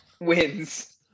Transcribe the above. wins